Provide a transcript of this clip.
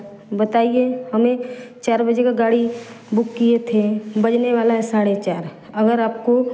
बताइए हमें चार बजे का गाड़ी बुक किए थे बजने वाला है साढ़े चार अगर आपको